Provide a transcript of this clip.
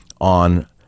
on